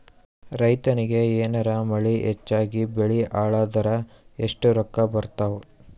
ರೈತನಿಗ ಏನಾರ ಮಳಿ ಹೆಚ್ಚಾಗಿಬೆಳಿ ಹಾಳಾದರ ಎಷ್ಟುರೊಕ್ಕಾ ಬರತ್ತಾವ?